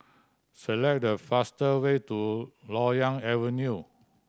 select the faster way to Loyang Avenue